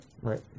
right